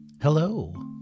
Hello